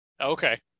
Okay